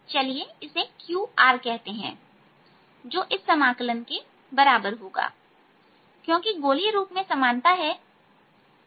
चलिए इसे qकहते हैं जो इस समाकलन के बराबर होगा क्योंकि गोलीय रूप में समानता है